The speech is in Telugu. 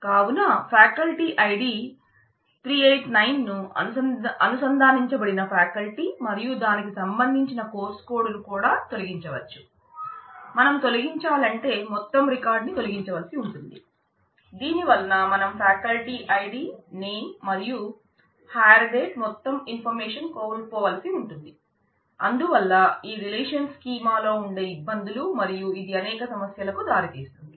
కావున ఫ్యాకల్టీ ఐడిలో ఉండే ఇబ్బందులు మరియు ఇది అనేక సమస్యలకు దారితీస్తుంది